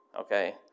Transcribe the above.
Okay